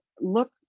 look